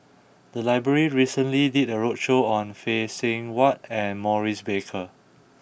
the library recently did a roadshow on Phay Seng Whatt and Maurice Baker